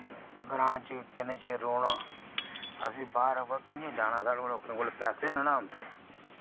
ग्रां च किन्ने चिर रौह्ना अस बी बाह्र हां वा कि'यां जाना साढ़े कोल अपने कोल पैसे नि ना होंदे